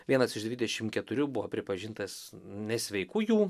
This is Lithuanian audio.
vienas iš dvidešim keturių buvo pripažintas nesveiku jų